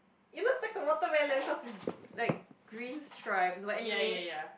it looks like a watermelon cause it's like green stripes but anyway